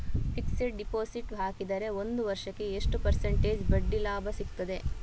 Fixed deposit ಹಾಕಿದರೆ ಒಂದು ವರ್ಷಕ್ಕೆ ಎಷ್ಟು ಪರ್ಸೆಂಟೇಜ್ ಬಡ್ಡಿ ಲಾಭ ಸಿಕ್ತದೆ?